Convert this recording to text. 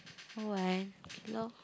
how eh